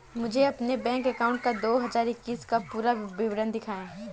मुझे अपने bank account का दो हज़ार इक्कीस का पूरा विवरण दिखाएँ?